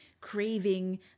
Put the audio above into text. craving